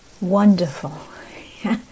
Wonderful